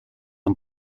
and